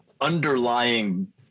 underlying